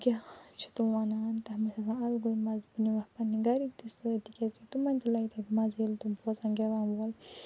کیٛاہ چھِ تِم وَنان تَمیُک چھُ آسان اَلگٕے مَزٕ پَنٕنہٕ وقتن گرِکۍ تہِ سۭتۍ تِکیٛازِ تِمَن تہِ لَگہِ مَزٕ ییٚلہِ تِم بوزَن گٮ۪وَن وٮَ۪وَن